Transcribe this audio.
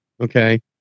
okay